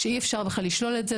אי אפשר בכלל לשלול את זה,